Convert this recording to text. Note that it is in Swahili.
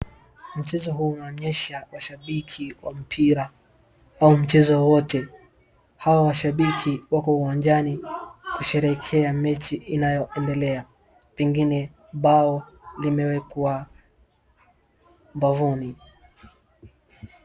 Mchezo huu unaonyesha washabiki wa mpira au mchezo wowote. Hawa washabiki wako uwanjani kusherehekea mechi inayoendelea. Pengine bao limewekwa bavuni.